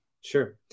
Sure